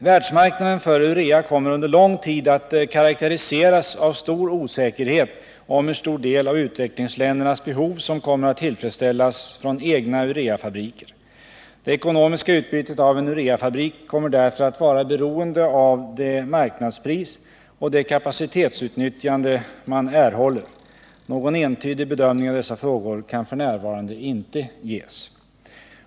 Världsmarknaden för urea kommer under lång tid att karakteriseras av stor osäkerhet om hur stor del av utvecklingsländernas behov som kommer att tillfredsställas från egna ureafabriker. Det ekonomiska utbytet av en ureafabrik kommer därför att vara beroende av det marknadspris och det kapacitetsutnyttjande man erhåller. Någon entydig bedömning av dessa frågor kan f. n. inte göras.